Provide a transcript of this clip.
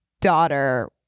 daughter